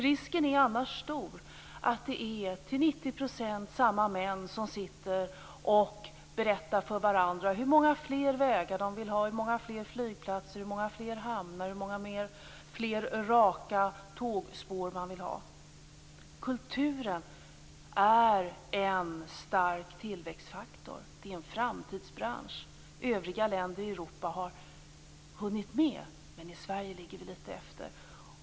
Risken är annars stor att det är till 90 % samma män som berättar för varandra hur många fler vägar, hur många fler flygplatser, hur många fler hamnar, hur många fler raka tågspår man vill ha. Kulturen är en stark tillväxtfaktor. Det är en framtidsbransch. Övriga länder i Europa har hunnit med, men i Sverige ligger vi lite efter.